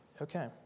okay